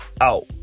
out